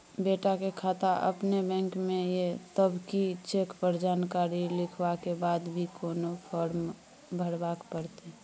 बेटा के खाता अपने बैंक में ये तब की चेक पर जानकारी लिखवा के बाद भी कोनो फारम भरबाक परतै?